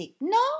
No